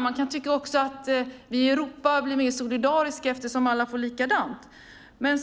Man kan också tycka att vi i Europa blir mer solidariska eftersom det blir lika för alla. Men